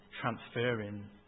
transferring